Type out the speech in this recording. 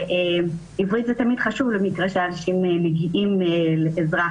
עברית זה תמיד חשוב למקרה שאנשים מגיעים לעזרה